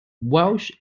welsh